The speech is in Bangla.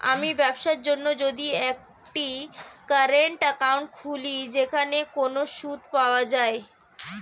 আমি ব্যবসার জন্য যদি একটি কারেন্ট একাউন্ট খুলি সেখানে কোনো সুদ পাওয়া যায়?